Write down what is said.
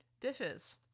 dishes